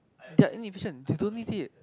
their inefficient they don't need did